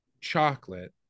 chocolate